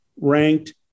ranked